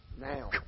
Now